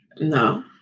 No